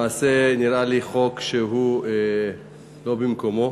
למעשה נראה לי חוק שהוא לא במקומו,